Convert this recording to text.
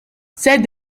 ces